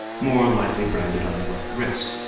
more lightly branded on the right wrist,